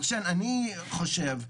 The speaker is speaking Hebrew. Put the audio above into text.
אני חושב,